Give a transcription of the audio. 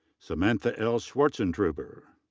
samantha l. swartzentruber.